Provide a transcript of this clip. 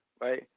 right